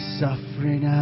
suffering